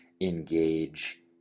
engage